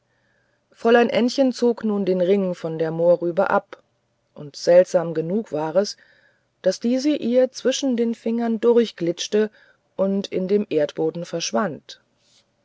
fräulein ännchen zog nun den ring von der mohrrübe ab und seltsam genug war es daß diese ihr zwischen den fingern durchglitschte und in dem erdboden verschwand